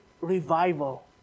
revival